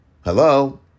Hello